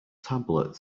tablet